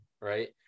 Right